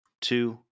two